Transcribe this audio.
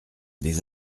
des